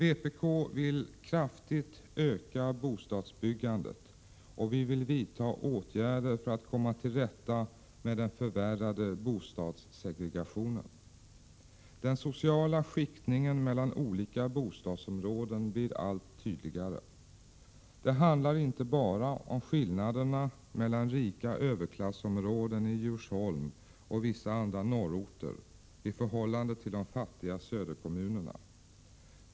Vpk vill kraftigt öka bostadsbyggandet, och vi vill vidta åtgärder för att komma till rätta med den förvärrade bostadssegregationen. Den sociala skiktningen mellan olika bostadsområden blir allt tydligare. Det handlar inte bara om skillnaderna mellan rika överklassområden i Djursholm och vissa andra norrorter i förhållande till de fattiga söderkommunerna.